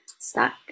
stuck